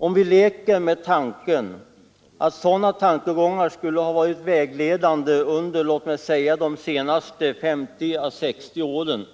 Om vi leker med tanken att sådana bedömningar skulle ha varit vägledande under låt oss säga de senaste 50—60 åren,